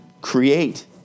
create